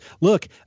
look